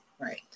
right